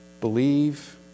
Believe